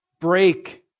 break